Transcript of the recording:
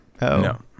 no